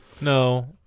No